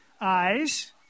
eyes